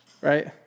Right